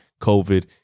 COVID